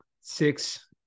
six